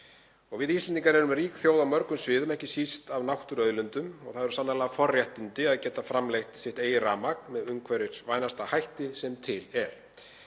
Við Íslendingar erum rík þjóð á mörgum sviðum, ekki síst af náttúruauðlindum, og það eru sannarlega forréttindi að geta framleitt sitt eigið rafmagn með umhverfisvænasta hætti sem til er.